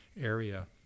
area